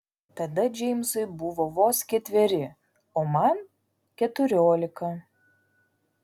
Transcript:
tada džeimsui buvo vos ketveri o man keturiolika